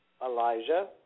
Elijah